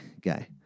guy